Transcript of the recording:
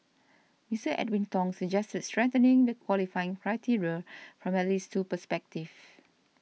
Mister Edwin Tong suggested strengthening the qualifying criteria from at least two perspectives